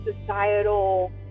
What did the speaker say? societal